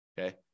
okay